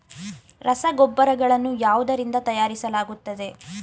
ರಸಗೊಬ್ಬರಗಳನ್ನು ಯಾವುದರಿಂದ ತಯಾರಿಸಲಾಗುತ್ತದೆ?